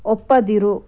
ಒಪ್ಪದಿರು